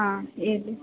ಹಾಂ ಹೇಳಿ